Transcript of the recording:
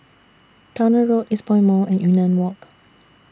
Towner Road Eastpoint Mall and Yunnan Walk